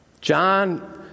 John